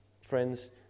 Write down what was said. friends